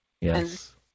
Yes